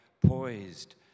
poised